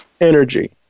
energy